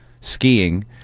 skiing